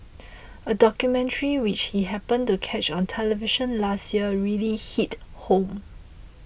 a documentary which he happened to catch on television last year really hit home